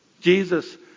Jesus